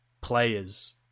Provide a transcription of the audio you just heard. players